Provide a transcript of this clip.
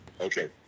Okay